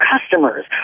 customers